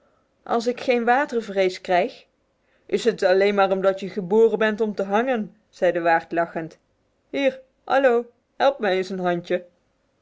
als ik geen watervrees krijg is het alleen maar omdat je geboren bent om te hangen zei de waard lachend hier allo help mij eens een handje